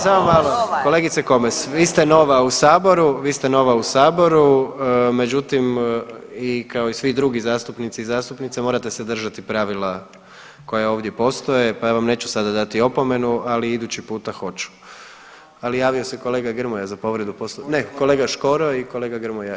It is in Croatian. Samo, samo malo, kolegice Komes vi ste nova u saboru, vi ste nova u saboru, međutim i kao i svi drugi zastupnici i zastupnice morate se držati pravila koja ovdje postoje, pa ja vam neću sada dati opomenu, ali idući puta hoću, ali javio se kolega Grmoja za povredu, ne kolega Škoro i kolega Grmoja.